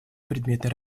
предметной